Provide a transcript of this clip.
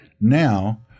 now